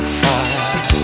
fire